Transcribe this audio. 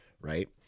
right